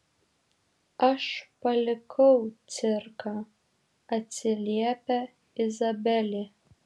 aš palikau cirką atsiliepia izabelė